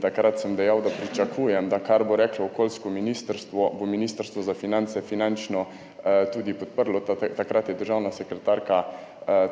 takrat sem dejal, da pričakujem, da kar bo reklo okoljsko ministrstvo, bo Ministrstvo za finance finančno tudi podprlo. Takrat je državna sekretarka